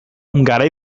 garai